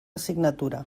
signatura